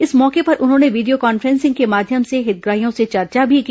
इस मौके पर उन्होंने वीडियो कॉन्फ्रेंसिंग के माध्यम से हितग्राहियों से चर्चा भी की